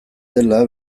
dela